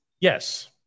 Yes